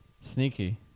Sneaky